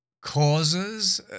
Causes